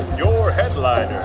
your headliner,